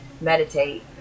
Meditate